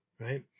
Right